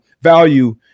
value